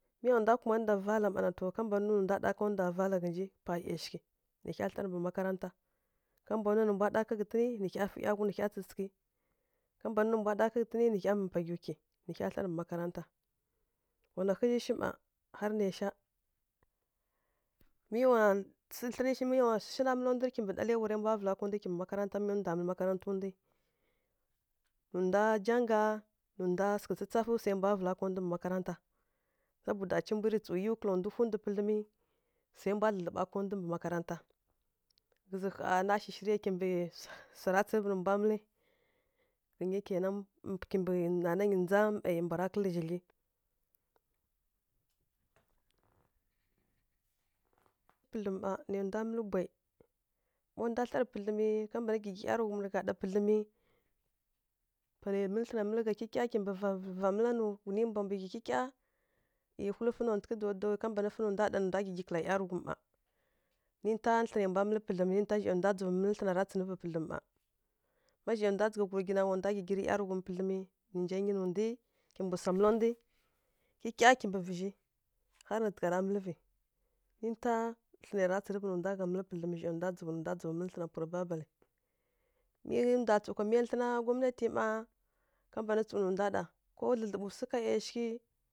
Mǝ wa ndwa kumanǝ ndwa vala maá na to ka mbana nuyi nǝ mbwa ɗa ghǝtǝn pa yaushǝ ma wa hya tlǝr mbǝ makaranta na ka mbana nuǝ nu mbwa ɗa ghǝtǝn nǝ hya fǝǝ yawuyǝ nǝ tsǝtsǝghǝ nǝ mbwa nua ghǝtǝn nǝ hya pagukǝ nǝ hya tlǝr mbǝ makaranta wa na ghǝzǝshǝ ma har nǝshǝ mǝ wa sǝ tlǝn shǝ kimbǝ daliwarǝ mbwa vǝla ndwa kimɓǝ makaranta nǝ ndwangǝ jaga nǝ ndwangǝ sǝghǝ tsǝtsafǝ sarǝ mbwa vala kimbǝ makaranta saboda ci mbwǝ tsu yuw kalagha pǝdlǝma swa ra mbwa dlǝdlǝɓa ndwangǝ mbǝ makaranta ghǝzǝ gha nǝ shǝ shǝrya kimbǝ swa ra kamata nǝ mnwa mǝlǝ ghǝyǝ kǝnan kimbǝ nanayǝ nja miyǝ mbwara kǝl zhǝdlyǝ pǝdlim mma nǝ ndwa mǝl bwahyi ma ndwara tlǝr pǝdlim wa mbana gǝgi ˈyatǝghum pǝdlim panǝ mǝl tlǝ mǝl gha kikya kimbǝ va mǝla nu wunǝ mbwa mbǝ ghyi kikya iwulifǝnu tughǝ duduw ka mbana fǝ nda ɗa gǝgi kǝk ˈyatǝghum mma nǝ to tlǝn ndwa mǝl pǝdlim nǝ ta zhǝ ndwa gǝvǝ mǝl tlǝn ra tsǝrǝvǝ pǝdlǝm mma ma zyǝ ndwa jǝgha wurǝgi nǝ kla nja gǝgirǝ ˈyatǝghum pǝdlǝm nǝ nja yi nǝ ndǝlǝ kimbǝ swa mǝl ndwǝ kikya kimbǝ vǝzhǝ har nǝ tara mǝlvǝ nǝ ta tlǝn ra tsǝrǝvǝ nǝ ndwa mǝl pǝdlǝm zyǝ iyǝ mbwa tsu kwa miya tlǝna gwmanati mma ka tsu nǝ nda ɗa ko dlǝdlǝɓǝ swǝ ka yaushǝ,